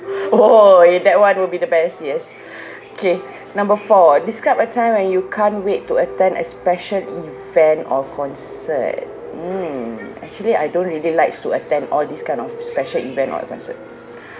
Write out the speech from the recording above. oh eh that [one] will be the best yes okay number four describe a time when you can't wait to attend a special event or concert mm actually I don't really likes to attend all these kind of special event or a concert